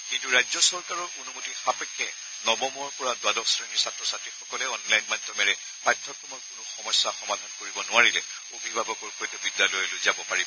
কিন্তু ৰাজ্য চৰকাৰৰ অনুমতি সাপেক্ষে নৱমৰ পৰা দ্বাদশ শ্ৰেণীৰ ছাত্ৰ ছাত্ৰীসকলে অনলাইন মাধ্যমেৰে পাঠ্যক্ৰমৰ কোনো সমস্যা সমাধান কৰিব নোৱাৰিলে অভিভাৱকৰ সৈতে বিদ্যালয়লৈ যাব পাৰিব